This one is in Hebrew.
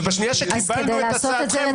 ובשנייה שקיבלנו את הצעתכם,